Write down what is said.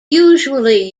usually